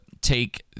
take